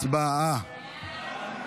הצבעה.